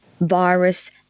virus